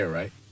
right